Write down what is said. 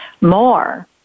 more